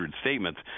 statements